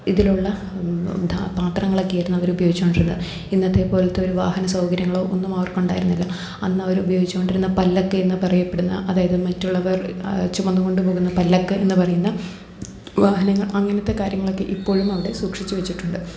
ഇതിലുള്ള ദ പാത്രങ്ങളൊക്കെ ആയിരുന്നു അവര് ഉപയോഗിച്ചുകൊണ്ടിരുന്നത് ഇന്നത്തെ പോലത്തെ ഒര് വാഹന സൗകര്യങ്ങളോ ഒന്നും അവർക്ക് ഉണ്ടായിരുന്നില്ല അന്നവര് ഉപയോഗിച്ചുകൊണ്ടിരുന്ന പല്ലക്ക് എന്ന് പറയപ്പെടുന്ന അതായത് മറ്റുള്ളവർ ചുമന്ന് കൊണ്ട് പോകുന്ന പല്ലക്ക് എന്ന് പറയുന്ന വാഹനങ്ങൾ അങ്ങനത്തെ കാര്യങ്ങളൊക്കെ ഇപ്പോഴും അവിടെ സൂക്ഷിച്ച് വെച്ചിട്ടുണ്ട്